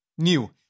New